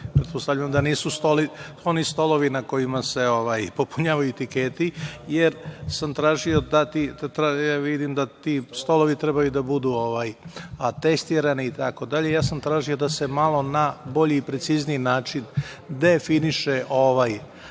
pretpostavljam da nisu oni stolovi na kojima se popunjavaju tiketi, jer sam tražio da vidim da ti stolovi trebaju da budu atestirani. Ja sam tražio da se malo na bolji i precizniji način definiše ovaj